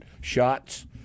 shots